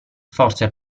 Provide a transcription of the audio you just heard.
forse